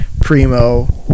Primo